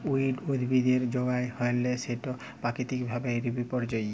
weed উদ্ভিদের যগাল হ্যইলে সেট পাকিতিক ভাবে বিপর্যয়ী